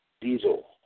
Diesel